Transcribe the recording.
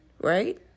right